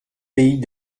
pays